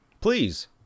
Please